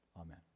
Amen